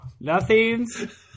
nothing's